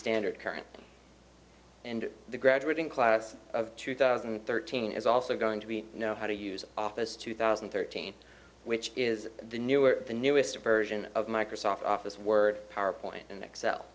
standard currently and the graduating class of two thousand and thirteen is also going to be know how to use office two thousand and thirteen which is the new or the newest version of microsoft office word powerpoint and excel